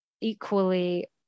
equally